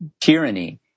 tyranny